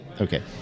Okay